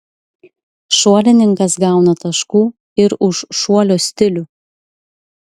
šuolininkas gauna taškų ir už šuolio stilių